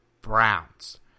Browns